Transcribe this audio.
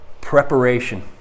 Preparation